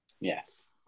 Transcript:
Yes